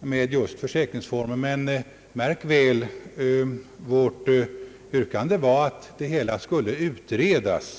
med försäkringsformen. Men märk väl att vårt yrkande var att frågan skulle utredas.